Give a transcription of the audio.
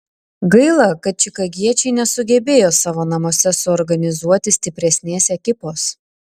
gaila kad čikagiečiai nesugebėjo savo namuose suorganizuoti stipresnės ekipos